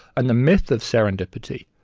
and the myth of serendipity,